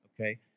okay